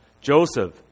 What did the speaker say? Joseph